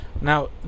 Now